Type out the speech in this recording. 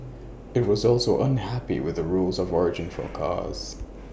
IT was also unhappy with the rules of origin for cars